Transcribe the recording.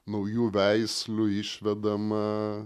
naujų veislių išvedama